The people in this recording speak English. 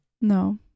no